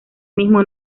mismo